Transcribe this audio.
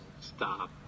Stop